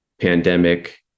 pandemic